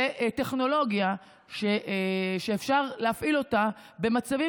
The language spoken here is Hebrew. זאת טכנולוגיה שאפשר להפעיל אותה במצבים,